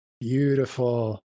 beautiful